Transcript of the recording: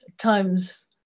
times